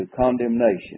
condemnation